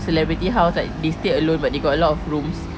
celebrity house like they stay alone but they got a lot of rooms